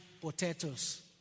potatoes